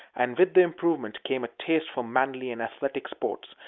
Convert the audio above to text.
and with the improvement came a taste for manly and athletic sports,